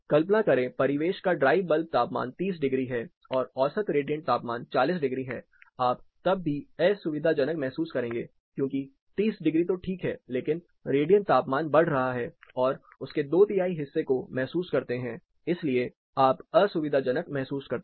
कल्पना करें परिवेश का ड्राई बल्ब तापमान 30 डिग्री है और औसत रेडियंट तापमान 40 डिग्री है आप तब भी असुविधाजनक महसूस करेंगे क्योंकि 30 डिग्री तो ठीक है लेकिन रेडिएंट तापमान बढ़ रहा है और उसके दो तिहाई हिस्से को महसूस करते हैं इसलिए आप असुविधाजनक महसूस करते हैं